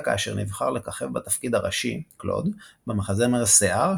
כאשר נבחר לככב בתפקיד הראשי קלוד במחזמר "שיער",